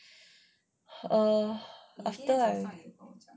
err after like